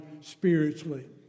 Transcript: spiritually